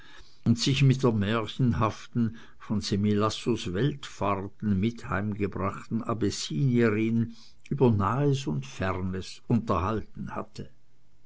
und sich mit der märchenhaften von semilassos weltfahrten mit heimgebrachten abessinierin über nahes und fernes unterhalten hatte